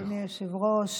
אדוני היושב-ראש.